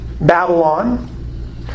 Babylon